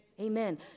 Amen